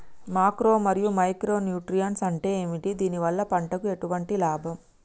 Macro మరియు micro nutrients అంటే ఏమిటి? దీనివల్ల పంటకు ఎటువంటి లాభం?